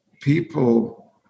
people